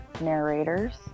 narrators